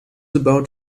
about